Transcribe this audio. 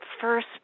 first